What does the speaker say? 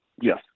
Yes